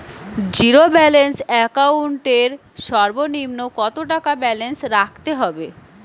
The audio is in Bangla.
জীরো ব্যালেন্স একাউন্ট এর সর্বনিম্ন কত টাকা ব্যালেন্স রাখতে হবে?